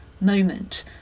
moment